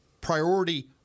priority